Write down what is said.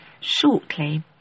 shortly